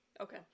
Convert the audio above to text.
Okay